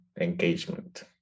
engagement